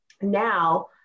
now